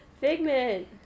Figment